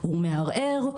הוא מערער,